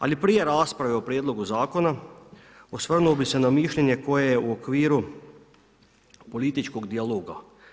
Ali prije rasprave o Prijedlogu Zakona, osvrnuo bih se na mišljenje koje je u okviru političkog dijaloga.